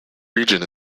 region